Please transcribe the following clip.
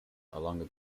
along